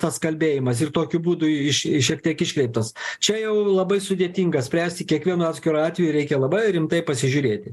tas kalbėjimas ir tokiu būdu iš šiek tiek iškreiptas čia jau labai sudėtinga spręsti kiekvienu atskiru atveju reikia labai rimtai pasižiūrėti